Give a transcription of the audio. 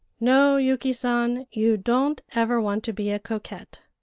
no, yuki san, you don't ever want to be a coquette.